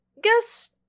Guess